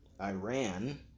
Iran